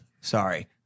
Sorry